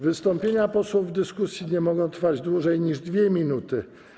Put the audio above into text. Wystąpienia posłów w dyskusji nie mogą trwać dłużej niż 2 minuty.